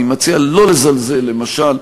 אני מציע לא לזלזל, למשל,